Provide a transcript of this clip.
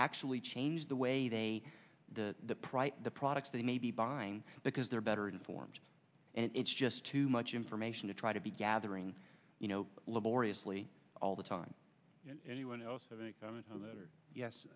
actually change the way they the the price of the products they may be buying because they're better informed and it's just too much information to try to be gathering you know laboriously all the time anyone else